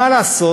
מה לעשות,